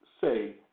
say